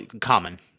common